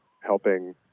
helping